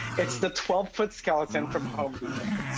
it's the twelve foot skeleton from home depot.